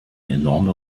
enorme